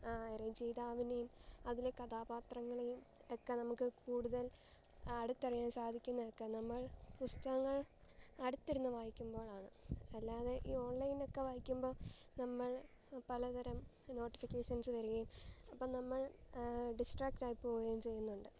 രചയിതാവിനെയും അതിലെ കഥാപാത്രങ്ങളെയും ഒക്കെ നമുക്ക് കൂടുതൽ അടുത്തറിയാൻ സാധിക്കുന്നതൊക്കെ നമ്മൾ പുസ്തകങ്ങൾ അടുത്തിരുന്ന് വായിക്കുമ്പോഴാണ് അല്ലാതെ ഈ ഓൺലൈനൊക്കെ വായിക്കുമ്പോൾ നമ്മൾ പലതരം നോട്ടിഫിക്കേഷൻസ് വരികയും അപ്പോൾ നമ്മൾ ഡിസ്ട്രാക്ട് ആയിപ്പോവുകയും ചെയ്യുന്നുണ്ട്